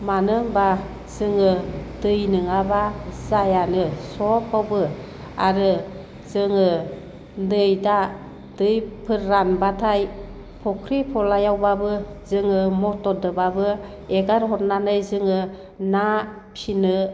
मानो होनब्ला जोङो दै नोङाब्ला जायानो सबावबो आरो जोङो दै दा दैफोर रानब्लाथाय फुख्रि फलायावब्लाबो जोङो मथरदोब्लाबो एगार हरनानै जोङो ना फिनो